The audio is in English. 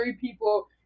people